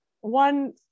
one